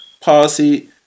policy